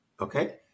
Okay